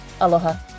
Aloha